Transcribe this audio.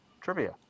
trivia